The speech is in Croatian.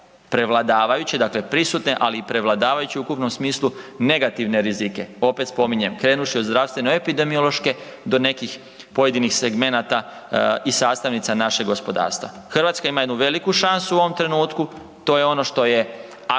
prevladavajući, dakle prisutne, ali i prevladavajući u ukupnom smislu negativne rizike. Opet spominjem krenuvši od zdravstveno-epidemiološke do nekih pojedinih segmenata i sastavnica našeg gospodarstva. Hrvatska ima jednu veliku šansu u ovom trenutku, to je ono što je aktualno,